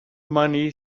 money